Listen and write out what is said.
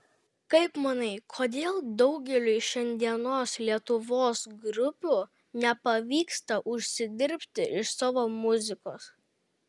kaip manai kodėl daugeliui šiandienos lietuvos grupių nepavyksta užsidirbti iš savo muzikos